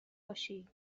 باشی